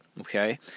okay